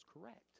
correct